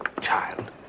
child